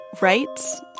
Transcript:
Rights